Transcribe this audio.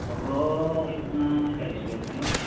ᱯᱚᱴᱲᱚ ᱦᱩᱭᱩᱜ ᱠᱟᱱᱟ ᱪᱟᱞᱤᱥ ᱴᱟᱠᱟ ᱠᱤᱞᱳ